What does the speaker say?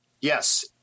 Yes